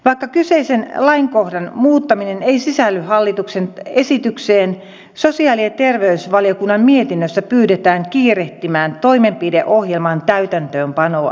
vaikka kyseisen lainkohdan muuttaminen ei sisälly hallituksen esitykseen sosiaali ja terveysvaliokunnan mietinnössä pyydetään kiirehtimään toimenpideohjelman täytäntöönpanoa